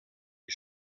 die